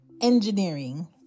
engineering